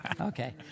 Okay